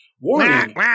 warning